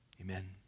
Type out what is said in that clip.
Amen